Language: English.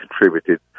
contributed